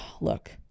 look